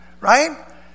Right